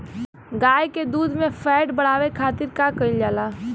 गाय के दूध में फैट बढ़ावे खातिर का कइल जाला?